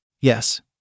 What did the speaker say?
Yes